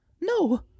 No